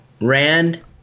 Rand